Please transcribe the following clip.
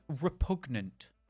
repugnant